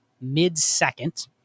mid-second